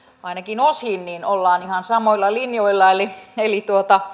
ainakin osin ollaan ihan samoilla linjoilla eli